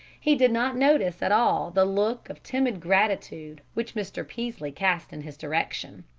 he did not notice at all the look of timid gratitude which mr. peaslee cast in his direction.